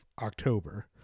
october